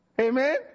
Amen